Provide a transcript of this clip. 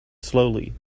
slowly